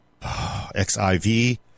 Xiv